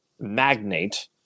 Magnate